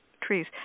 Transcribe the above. trees